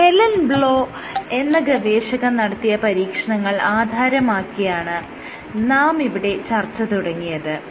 Helen Blow എന്ന ഗവേഷക നടത്തിയ പരീക്ഷണങ്ങൾ ആധാരമാക്കിയാണ് നാം ഇവിടെ ചർച്ച തുടങ്ങിയത്